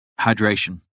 hydration